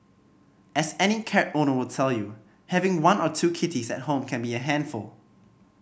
as any cat owner will tell you having one or two kitties at home can be a handful